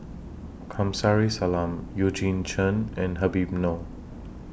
Kamsari Salam Eugene Chen and Habib Noh